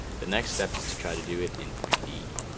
the next step is to try to do it in three d.